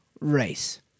race